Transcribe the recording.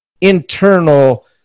internal